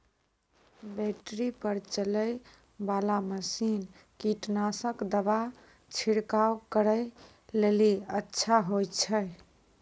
Battery पर चलै वाला मसीन कीटनासक दवा छिड़काव करै लेली अच्छा होय छै?